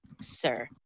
sir